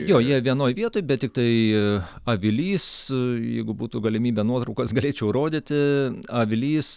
jo jie vienoj vietoj bet tiktai avilys jeigu būtų galimybė nuotraukas galėčiau rodyti avilys